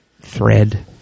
thread